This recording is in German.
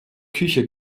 küche